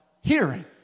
hearing